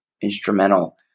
instrumental